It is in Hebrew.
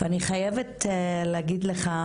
מיכאל, אני חייבת להגיד לך